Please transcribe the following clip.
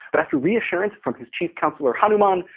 but after reassurance from his chief councillor hanuman,